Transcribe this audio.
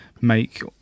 make